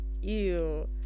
ew